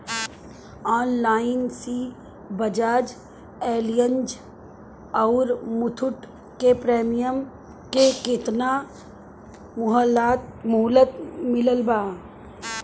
LIC Bajaj Allianz आउर मुथूट के premium के केतना मुहलत मिलल बा?